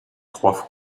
trois